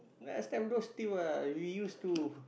last time those two ah we used to